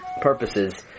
purposes